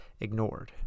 ignored